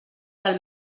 del